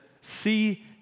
see